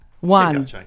One